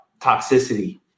toxicity